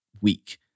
week